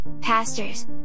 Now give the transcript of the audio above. pastors